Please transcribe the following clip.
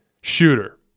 shooter